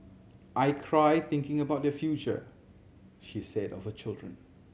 i cry thinking about their future she said of her children